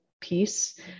piece